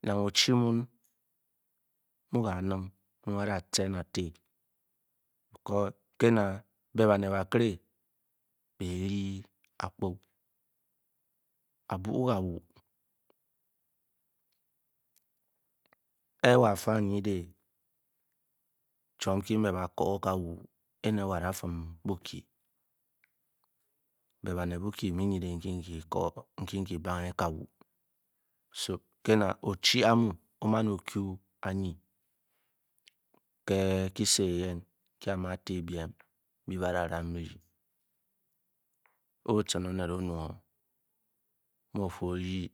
Nang o-chi mun mu-ke a nin mu mu ba'da-cen bati ke'na be banet ka'kere be ryi akpu a'bu kawu ke wo afi anydeng chwom nki ba da koo kawu éne wo a da fum bu-kyi be banet bukyi bi mu biyi nydeng nki-kyi bange ka wu kena o-chi a'mu o'man o'ku anyi ke kyise eyen nki a'ma ti biem nbi ba'da ram byiring, o-cin onet onung o'mu o'fu oryi